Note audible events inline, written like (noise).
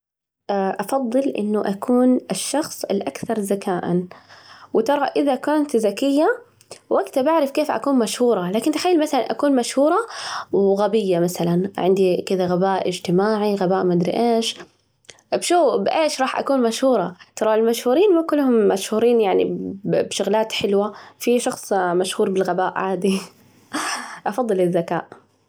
أفضل إنه أكون الشخص الأكثر ذكاءًا، و ترى إذا كنت ذكية وقتها بعرف كيف أكون مشهورة، لكن تخيل مثلاً أكون مشهورة وغبية، مثلاً عندي كذا غباء اجتماعي، غباء مدري إيش، بشو؟ بإيش رح أكون مشهورة؟ ترى المشهورين مو كلهم مشهورين بشغلات حلوة، في شخص مشهور بالغباء عادي (laughs) أفضل الذكاء.